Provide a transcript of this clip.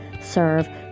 serve